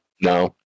No